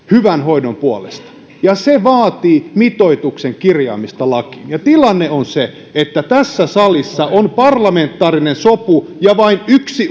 hyvän hoidon puolesta ja se vaatii mitoituksen kirjaamista lakiin tilanne on se että tässä salissa on parlamentaarinen sopu ja vain yksi